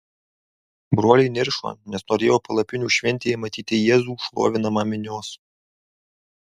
broliai niršo nes norėjo palapinių šventėje matyti jėzų šlovinamą minios